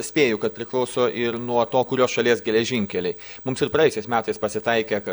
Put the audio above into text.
spėju kad priklauso ir nuo to kurios šalies geležinkeliai mums ir praėjusiais metais pasitaikė ka